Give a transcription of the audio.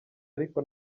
ariko